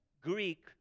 Greek